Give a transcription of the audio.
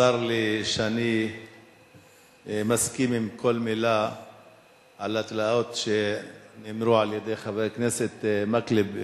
צר לי שאני מסכים לכל מלה לגבי התלאות שאמרו חבר הכנסת מקלב,